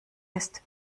ist